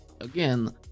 again